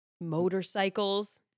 motorcycles